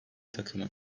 takımı